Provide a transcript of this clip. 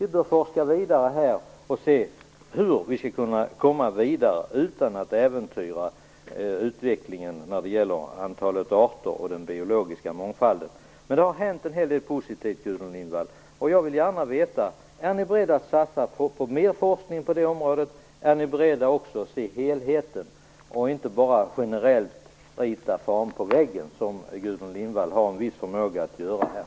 Vi bör forska vidare och se hur vi skall kunna komma vidare utan att äventyra utvecklingen av antalet arter och den biologiska mångfalden. Det har hänt en hel del positivt, Gudrun Lindvall. Jag vill gärna veta om ni är beredda att satsa på mer forskning på det området. Är ni också beredda att se helheten, och inte bara generellt rita fan på väggen? Gudrun Lindvall har en viss förmåga att göra det.